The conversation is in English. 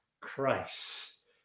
Christ